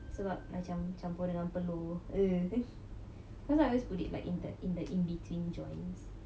sebab macam campur dengan peluh ugh cause I always put it like in that in between joints